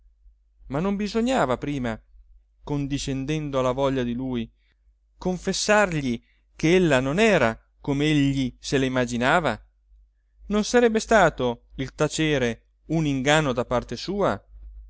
ma non bisognava prima condiscendendo alla voglia di lui confessargli ch'ella non era com'egli se la immaginava non sarebbe stato il tacere un inganno da parte sua